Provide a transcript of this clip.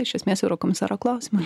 iš esmės eurokomisaro klausimui